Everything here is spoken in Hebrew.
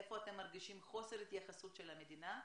איפה אתם מרגישים חוסר התייחסות של המדינה,